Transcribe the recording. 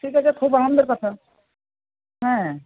ঠিক আছে খুব আনন্দের কথা হ্যাঁ